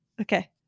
Okay